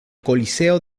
coliseo